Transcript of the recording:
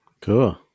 Cool